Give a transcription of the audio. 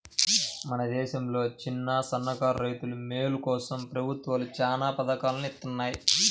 మన దేశంలో చిన్నసన్నకారు రైతుల మేలు కోసం ప్రభుత్వాలు చానా పథకాల్ని ఇత్తన్నాయి